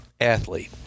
athlete